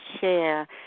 share